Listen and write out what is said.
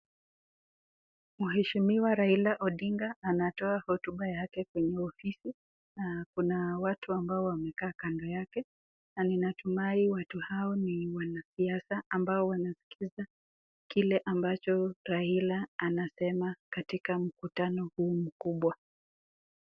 Mheshimiwa Raila Odinga anatoa hotuba yake kwenye ofisi na kuna watu ambao wamekaa kando yake na ni natumai watu hao ni wanasiasa ambao wanasikiza kile ambacho Raila anasema katika mkutano huu mkubwa.